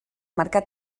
marcà